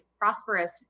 prosperous